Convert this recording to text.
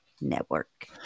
Network